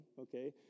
okay